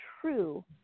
true